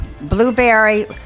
blueberry